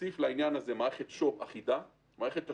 תוסיף לעניין הזה מערכת שו"ב אחידה מערכת השועל,